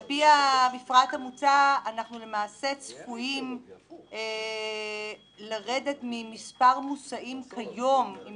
על פי המפרט המוצע אנחנו למעשה צפויים לרדת במספר המוסעים כיום עם